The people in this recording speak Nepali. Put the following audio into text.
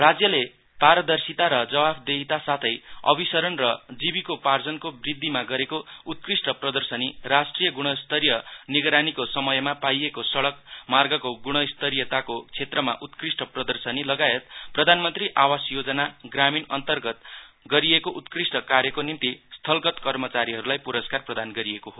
राज्यले प्रारदर्शिता र जवाफदेहिता साथै अभिसरण र जीविकोपाजनको वृद्धिमा गरेको उत्कृष्ट प्रदर्शनीराष्ट्रिय गुणस्तीय निगरानीको समयमा पाइएको सड़क मार्गको गुणस्तरीयमताको क्षेत्रमा उत्कृष्ट लगायत प्रधानमन्त्री आवस योजना ग्रामीण अन्तर्गत गरिएको उत्कृष्ट कार्यको निम्ति स्थलगत कर्मचारीहरुलाई पुरस्कार प्रदान गरिएको हो